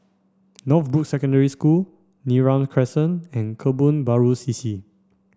Northbrooks Secondary School Neram Crescent and Kebun Baru C C